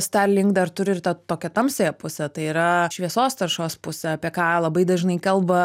starlink dar turi ir tą tokią tamsiąją pusę tai yra šviesos taršos pusė apie ką labai dažnai kalba